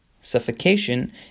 suffocation